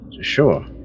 sure